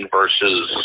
versus